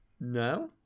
No